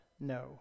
No